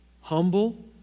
humble